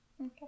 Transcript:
Okay